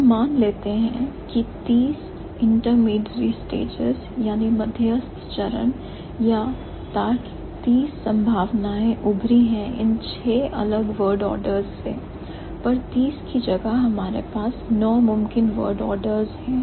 हम मान लेते हैं कि तार्किक रूप से मध्यस्थ चरण या तार्किक 30 संभावनाएं उभरी है इन छह अलग word orders से पर 30 की जगह हमारे पास 9 मुमकिन word orders है